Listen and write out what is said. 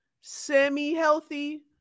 semi-healthy